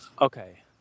Okay